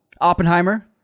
Oppenheimer